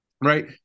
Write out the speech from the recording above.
right